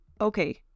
okay